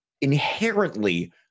inherently